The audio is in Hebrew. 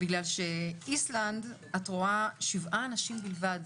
בגלל שאיסלנד, את רואה שבעה אנשים בלבד.